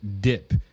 dip